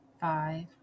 five